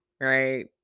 right